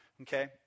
Okay